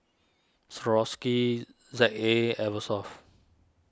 Swarovski Z A Eversoft